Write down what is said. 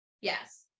Yes